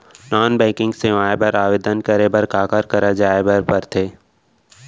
non banking सेवाएं बर आवेदन करे बर काखर करा जाए बर परथे